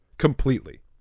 Completely